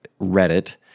Reddit